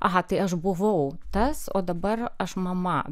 aha tai aš buvau tas o dabar aš mama